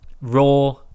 raw